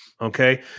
Okay